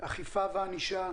אכיפה וענישה,